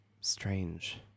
Strange